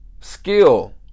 skill